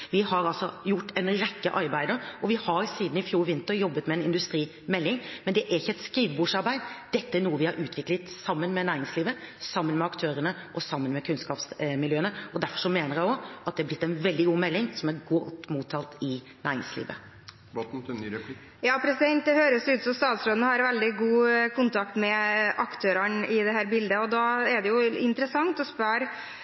Vi har altså gjort en rekke arbeider, og vi har siden i fjor vinter jobbet med en industrimelding. Men det er ikke et skrivebordsarbeid, dette er noe vi har utviklet sammen med næringslivet, sammen med aktørene og sammen med kunnskapsmiljøene. Derfor mener jeg også at det er blitt en veldig god melding, som er godt mottatt i næringslivet. Det høres ut som statsråden har veldig god kontakt med aktørene i dette bildet. Da er det